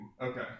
Okay